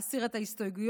להסיר את ההסתייגויות